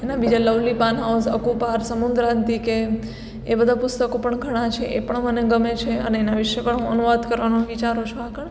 અને બીજા lovely paan house Akupar Samudrantike એ બધા પુસ્તકો પણ ઘણા છે એ પણ મને ગમે છે અને એના વિષે પણ હું અનુવાદ કરવાનું વિચારું છું આગળ